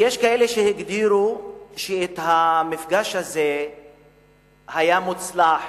יש כאלה שהגדירו שהמפגש הזה היה מוצלח,